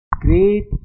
great